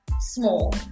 small